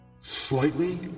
Slightly